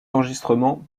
enregistrements